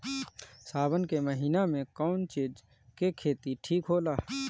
सावन के महिना मे कौन चिज के खेती ठिक होला?